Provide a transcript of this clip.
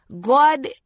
God